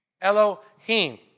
Elohim